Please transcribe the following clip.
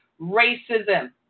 racism